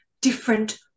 different